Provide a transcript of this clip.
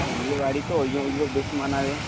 বিয়েবাড়ি তো ওই যে ওইগুলো বেশি মানাবে